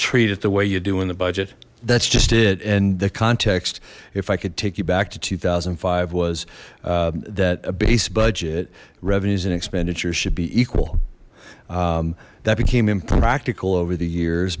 treat it the way you do in the budget that's just it and the context if i could take you back to two thousand and five was that a base budget revenues and expenditures should be equal that became impractical over the years